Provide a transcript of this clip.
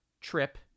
trip